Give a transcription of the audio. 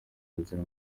bagira